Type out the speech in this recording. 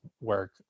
work